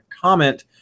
comment